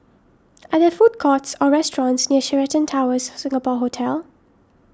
are there food courts or restaurants near Sheraton Towers Singapore Hotel